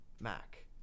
Mac